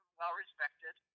well-respected